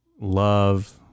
love